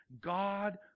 God